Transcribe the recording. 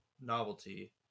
novelty